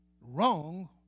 wrong